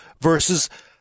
versus